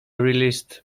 released